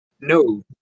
No